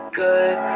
good